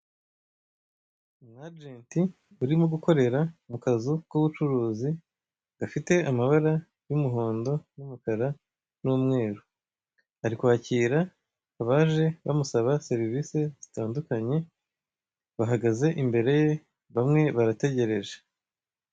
Umwajenti urimo gukorera mu kazu k'ubucuruzi gafite amabara y'umuhondo n'umukara n'umweru. Ari kwakira abaje bamusaba serivise zitandukanye bahagaze imbere ye bamwe barategereje.